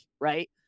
Right